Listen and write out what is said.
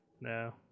No